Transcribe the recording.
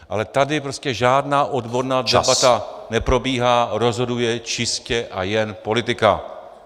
Ale tady prostě žádná odborná debata neprobíhá, rozhoduje čistě a jen politika.